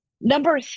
Number